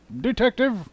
Detective